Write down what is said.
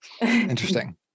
interesting